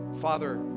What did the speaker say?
Father